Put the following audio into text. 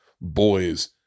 boys